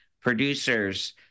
producers